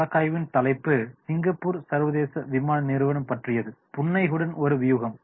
வழக்காய்வின் தலைப்பு சிங்கப்பூர் சர்வதேச விமான நிறுவனம் பற்றியது புன்னகையுடன் ஒரு வியூகம்